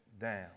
down